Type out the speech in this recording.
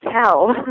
tell